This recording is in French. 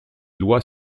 lois